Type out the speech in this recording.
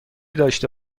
داشته